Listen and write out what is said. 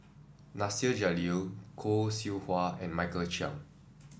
Nasir Jalil Khoo Seow Hwa and Michael Chiang